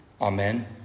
Amen